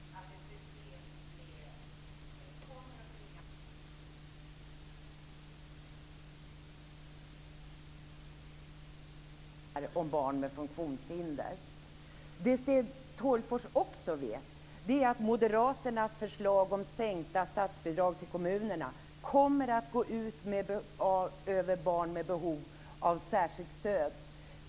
Fru talman! Sten Tolgfors vet att ett system med skolpeng kommer att tvinga fram byråkrati, kommer att tvinga fram klassning, kommer att tvinga fram förhandlingar om barn med funktionshinder. Det Sten Tolgfors också vet är att moderaternas förslag om sänkta statsbidrag till kommunerna kommer att gå ut över barn med behov av särskilt stöd.